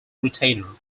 retainer